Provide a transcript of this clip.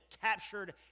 captured